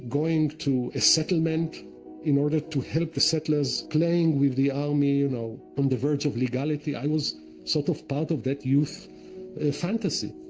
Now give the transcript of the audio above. going to a settlement in order to help the settlers claim with the army, you know, on the verge of legality. i was sort of part of that youth fantasy.